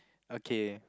okay